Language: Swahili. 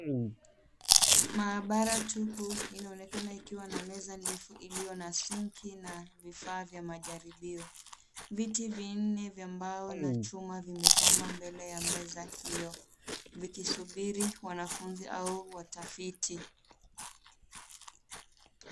Maabara tupu inaonekana ikiwa na meza ndefu iliyo na [cs ] sinki [cs ] na vifaa vya majaribio. Viti vinne vya mbao na chuma vime pangwa mbele ya meza hiyo vikisubiri wanafunzi au watafiti.